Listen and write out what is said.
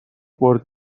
برد